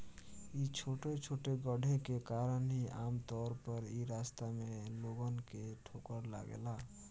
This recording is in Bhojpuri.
इ छोटे छोटे गड्ढे के कारण ही आमतौर पर इ रास्ता में लोगन के ठोकर लागेला